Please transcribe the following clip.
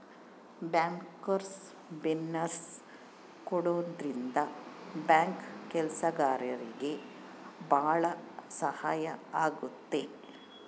bankers bonus ಕೊಡೋದ್ರಿಂದ bank ಕೆಲ್ಸಗಾರ್ರಿಗೆ ಭಾಳ ಸಹಾಯ ಆಗುತ್ತೆ